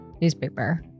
newspaper